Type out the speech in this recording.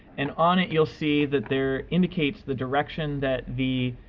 and on it, you'll see that there indicates the direction that the